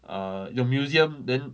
err 有 museum then